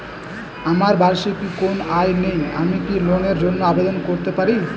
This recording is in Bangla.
আমার বার্ষিক কোন আয় নেই আমি কি লোনের জন্য আবেদন করতে পারি?